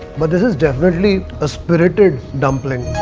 but this is definitely a spirited dumpling.